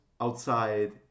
outside